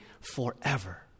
forever